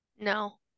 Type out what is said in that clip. No